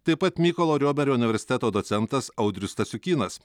taip pat mykolo romerio universiteto docentas audrius stasiukynas